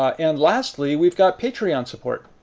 ah and lastly, we've got patreon support.